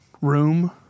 room